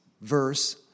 verse